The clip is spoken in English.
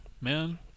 man